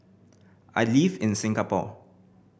I live in Singapore